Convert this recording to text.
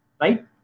right